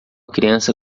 criança